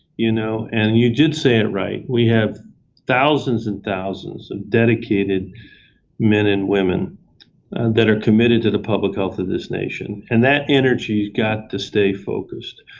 you know, and you did say it right. we have thousands and thousands of dedicated men and women that are committed to the public health of this nation and that energy has got to stay focused.